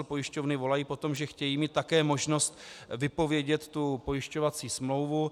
Pojišťovny volají po tom, že chtějí mít také možnost vypovědět pojišťovací smlouvu.